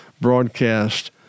broadcast